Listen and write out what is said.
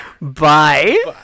Bye